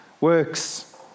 works